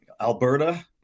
Alberta